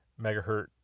megahertz